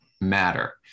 matter